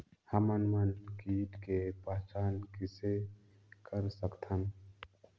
हमन मन कीट के पहचान किसे कर सकथन?